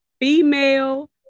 female